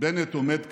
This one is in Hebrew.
בנט עומד כאן,